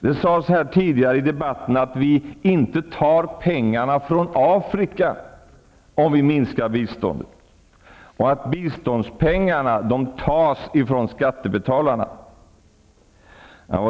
Det sades här tidigare i debatten att vi inte tar pengarna från Afrika om vi minskar biståndet och att biståndspengarna tas från skattebetalarna.